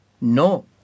No